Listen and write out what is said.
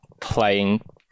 playing